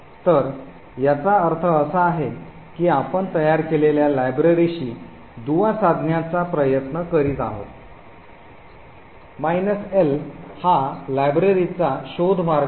तर याचा अर्थ असा आहे की आपण तयार केलेल्या लायब्ररीशी दुवा साधण्याचा प्रयत्न करीत आहोत L हा लायब्ररी चा शोध मार्ग आहे